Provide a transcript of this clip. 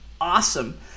Awesome